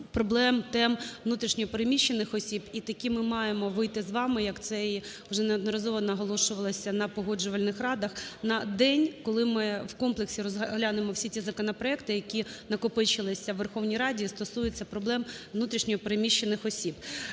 проблем, тем внутрішньо переміщених осіб і таки ми маємо вийти з вами, як це вже неодноразово наголошувалося на погоджувальних радах, на день, коли ми в комплексі розглянемо всі ці законопроекти, які накопичилися у Верховній Раді, стосуються проблем внутрішньо переміщених осіб.